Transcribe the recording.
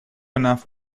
enough